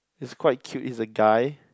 it's quite cute it's a guy